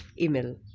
Email